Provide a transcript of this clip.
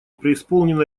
преисполнена